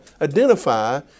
identify